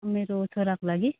मेरो छोराको लागि